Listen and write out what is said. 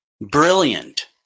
Brilliant